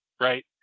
Right